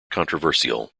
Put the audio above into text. controversial